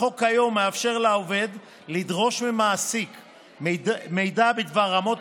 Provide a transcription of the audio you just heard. החוק היום מאפשר לעובד לדרוש ממעסיק מידע בדבר רמות